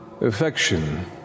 affection